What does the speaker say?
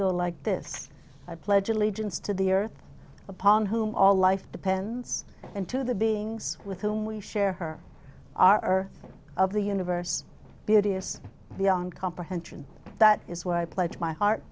go like this i pledge allegiance to the earth upon whom all life depends and to the beings with whom we share her our of the universe it is beyond comprehension that is why i pledge my heart